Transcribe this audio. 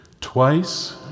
Twice